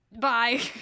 Bye